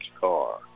car